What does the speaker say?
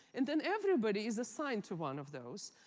and then everybody is assigned to one of those.